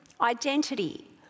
identity